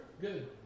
good